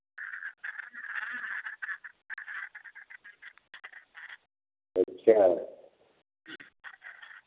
अच्छा